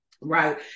Right